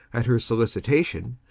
at her solicitation,